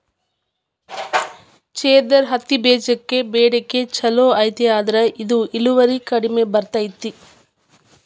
ಜೇದರ್ ಹತ್ತಿಬೇಜಕ್ಕ ಬೇಡಿಕೆ ಚುಲೋ ಐತಿ ಆದ್ರ ಇದು ಇಳುವರಿ ಕಡಿಮೆ ಬರ್ತೈತಿ